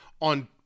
on